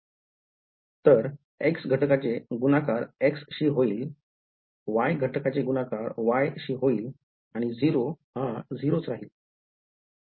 तर x घटकाचे गुणाकार x शी होईल y घटकाचे गुणाकार y शी होईल आणि 0 हा 0 च राहील